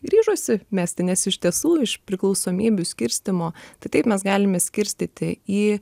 ryžosi mesti nes iš tiesų iš priklausomybių skirstymo tai taip mes galime skirstyti į